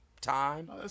time